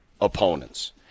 opponents